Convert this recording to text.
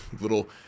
little